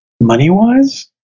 money-wise